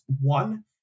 One